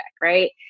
right